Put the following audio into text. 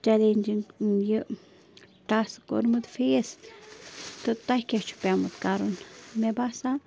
challenging یہِ تَس کوٚرمُت فیس تہٕ تۄہہِ کیٛاہ چھِ پیمُت کَرُن مےٚ باسان